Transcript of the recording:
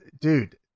dude